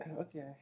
okay